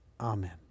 Amen